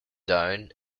down